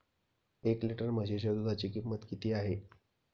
एक लिटर म्हशीच्या दुधाची किंमत किती आहे?